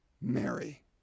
Mary